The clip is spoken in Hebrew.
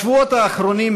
השבועות האחרונים,